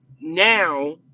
now